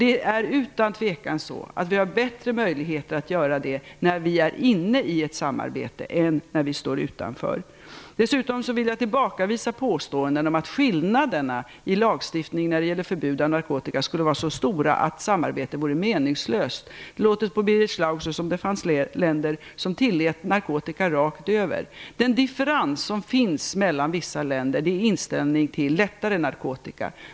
Det är utan tvivel så att vi har bättre möjligheter att göra det när vi är inne i ett samarbete än om vi står utanför. Dessutom vill jag tillbakavisa påståendena om att skillnaderna i lagstiftningarna när det gäller förbud mot narkotika skulle vara så stora att samarbete vore meningslöst. Det låter på Birger Schlaug som att det fanns länder som tillät narkotika rakt över. Den differens som finns mellan vissa länder gäller inställningen till lättare narkotika.